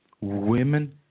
women